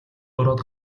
ороод